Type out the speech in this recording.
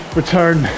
return